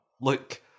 look